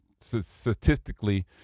statistically